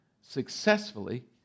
successfully